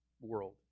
world